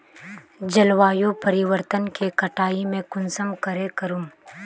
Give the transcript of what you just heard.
जलवायु परिवर्तन के कटाई में कुंसम करे करूम?